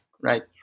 Right